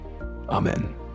Amen